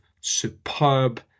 superb